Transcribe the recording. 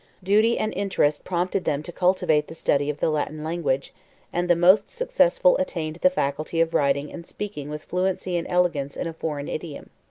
duty and interest prompted them to cultivate the study of the latin language and the most successful attained the faculty of writing and speaking with fluency and elegance in a foreign idiom.